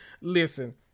Listen